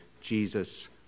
Jesus